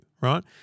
right